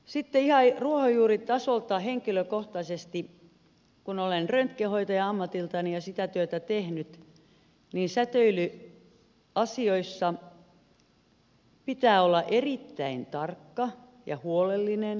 sitten ihan ruohonjuuritasolta henkilökohtaisesti kun olen röntgenhoitaja ammatiltani ja sitä työtä tehnyt että säteilyasioissa pitää olla erittäin tarkka ja huolellinen